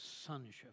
sonship